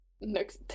Next